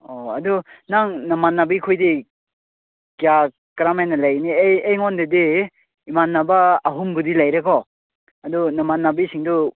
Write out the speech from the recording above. ꯑꯣ ꯑꯗꯨ ꯅꯪ ꯅꯃꯥꯟꯅꯕꯤ ꯈꯣꯏꯗꯤ ꯀꯌꯥ ꯀꯔꯝ ꯍꯥꯏꯅ ꯂꯩꯒꯅꯤ ꯑꯩ ꯑꯩꯉꯣꯟꯗꯗꯤ ꯏꯃꯥꯟꯅꯕ ꯑꯍꯨꯝꯕꯨꯗꯤ ꯂꯩꯔꯦꯀꯣ ꯑꯗꯨ ꯅꯃꯥꯟꯅꯕꯤꯁꯤꯡꯗꯨ